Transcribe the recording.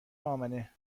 امنه